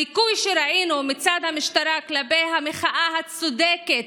הדיכוי שראינו מצד המשטרה כלפי המחאה הצודקת,